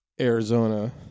Arizona